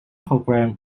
program